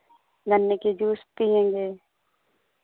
गन्ने के जूस पिएँगे